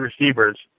receivers